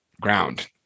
ground